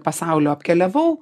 pasaulio apkeliavau